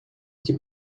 que